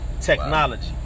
Technology